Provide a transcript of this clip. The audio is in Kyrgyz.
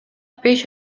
беш